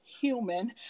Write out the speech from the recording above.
human